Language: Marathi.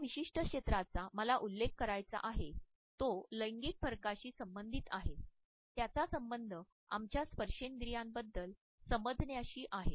ज्या विशिष्ट क्षेत्राचा मला उल्लेख करायचा आहे तो लैंगिक फरकांशी संबंधित आहे त्याचा संबंध आमच्या स्पर्शेंद्रियाबद्दल समजण्याशी आहे